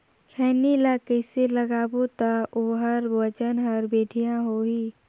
खैनी ला कइसे लगाबो ता ओहार वजन हर बेडिया होही?